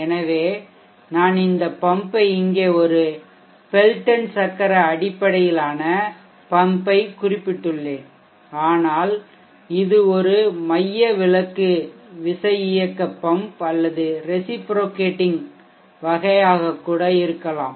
எனவே நான் இந்த பம்பை இங்கே ஒரு பெல்ட்டன் சக்கர அடிப்படையிலான பம்பைக் குறிப்பிட்டுள்ளேன் ஆனால் இது ஒரு மையவிலக்கு விசையியக்கக் பம்ப் அல்லது ரெசிப்ரொகேட்டிங்க் வகையாக இருக்கலாம்